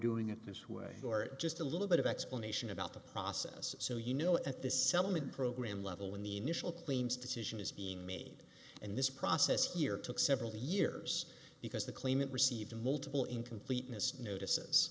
doing it this way or just a little bit of explanation about the process so you know at the settlement program level in the initial claims to titian is being made and this process here took several years because the claimant received multiple incompleteness notices